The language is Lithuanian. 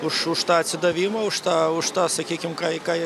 už už tą atsidavimą už tą už tą sakykim ką ką jie